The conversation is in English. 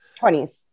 20s